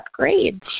upgrades